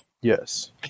Yes